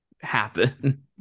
happen